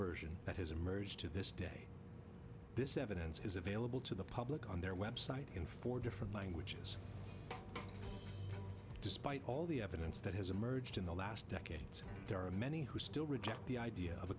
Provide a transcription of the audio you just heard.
version that has emerged to this day this evidence is available to the public on their website in four different languages despite all the evidence that has emerged in the last decades there are many who still reject the idea of a